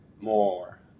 more